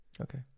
Okay